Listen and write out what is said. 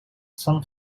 some